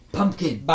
Pumpkin